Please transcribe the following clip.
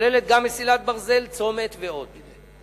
שכוללת גם מסילת ברזל, צומת ועוד.